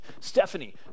Stephanie